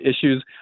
issues